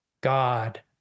God